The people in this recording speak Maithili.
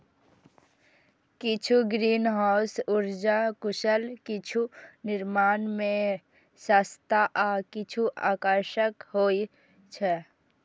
किछु ग्रीनहाउस उर्जा कुशल, किछु निर्माण मे सस्ता आ किछु आकर्षक होइ छै